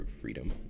freedom